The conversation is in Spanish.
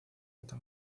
alta